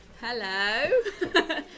Hello